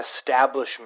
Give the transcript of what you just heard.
establishment